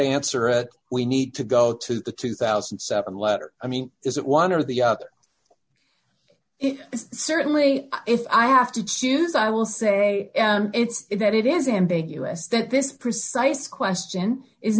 answer that we need to go to the two thousand and seven letter i mean is it one or the other it is certainly if i have to choose i will say it's that it is ambiguous that this precise question is